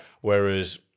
whereas